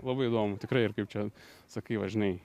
labai įdomu tikrai ir kaip čia sakai va žinai